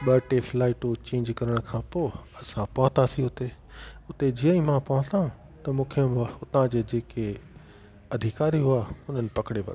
ॿ टे फ्लाइटूं चेंज करण खां पोइ असां पहुंतासी हुते हुते जीअं ई मां पहुतमि त मूंखे उतां जा जेके अधिकारी हुआ हुननि पकिड़े वरितो